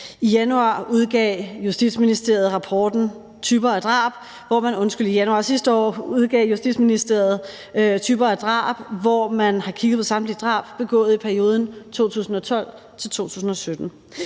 år udgav Justitsministeriet rapporten »Typer af drab i Danmark«, hvor man har kigget på samtlige drab begået i perioden 2012-2017.